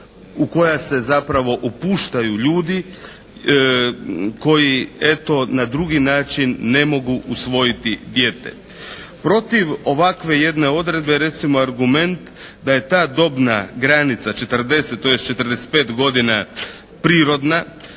u koja se zapravo upuštaju ljudi koji eto na drugi način ne mogu usvojiti dijete. Protiv ovakve jedne odredbe je recimo argument da je ta dobna granica 40, tj. 45 godina prirodna,